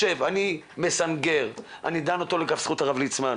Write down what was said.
אני מסנגר, אני דן אותו לכף זכות, הרב ליצמן,